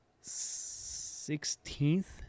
sixteenth